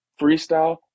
freestyle